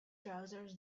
trousers